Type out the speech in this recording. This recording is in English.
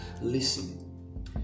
Listen